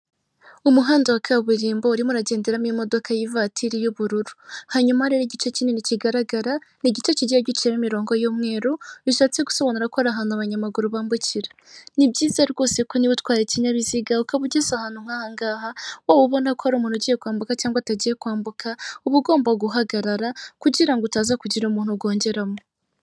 Umuhanda wa kaburimbo urimo uragenderamo imodoka y'ivatiri y'ubururu, hanyuma rero igice kinini kigaragara, ni igice kigiye giciyemo imirongo y'umweruru, bishatse gusobanura ko ari ahantu abanyamaguru bambukira. Ni byiza rwose ko niba utwara ikinyabiziga ukaba ugeze ahantu nk'aha ngaha waba ubona ko hari umuntu ugiye kwambuka cyangwa utagiye kwambuka, uba ugomba guhagarara kugirango utaza kugira umuntu ugongeramo.